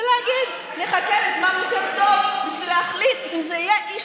ולהגיד: נחכה לזמן יותר טוב בשביל להחליט אם זה יהיה איש